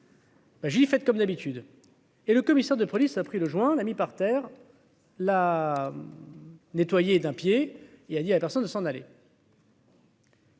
j'ai fait comme d'habitude, et le commissaire de police a pris le joint la mis par terre. La. Nettoyer d'un pied, il a dit à personne ne s'en aller.